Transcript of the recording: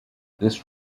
this